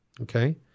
Okay